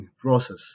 process